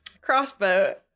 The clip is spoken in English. crossbow